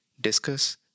discuss